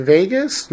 Vegas